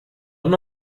know